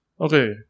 Okay